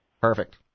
Perfect